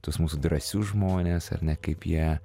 tuos mūsų drąsius žmones ar ne kaip jie